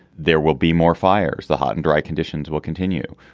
there will be more fires. the hot and dry conditions will continue.